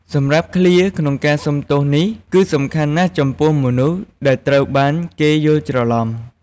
សម្រាប់ឃ្លាក្នុងការសុំទោសនេះ គឺសំខាន់ណាស់ចំពោះមនុស្សដែលត្រូវបានគេយល់ច្រឡុំ។